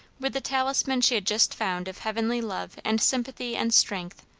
with the talisman she had just found of heavenly love and sympathy and strength,